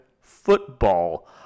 football